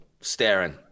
staring